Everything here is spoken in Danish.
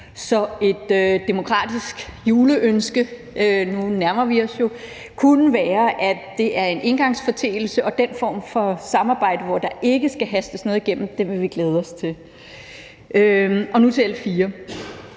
vi os jo julen – kunne være, at det er en engangsforeteelse, og at den form for samarbejde, hvor der ikke skal hastes noget igennem, vil vi glæde os til. Nu til L